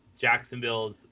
Jacksonville's